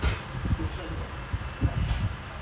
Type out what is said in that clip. like tamil